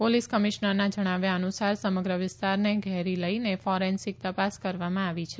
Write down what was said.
police કમિશ્નરના જણાવ્યા અનુસાર સમગ્ર વિસ્તારને ઘેલી લઇને ફોરેન્સિક તપાસ કરવામાં આવી છે